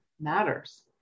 matters